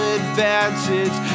advantage